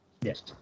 Yes